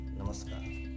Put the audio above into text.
Namaskar